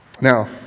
Now